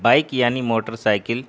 bike یعنی motor cycle